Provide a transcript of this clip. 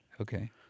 Okay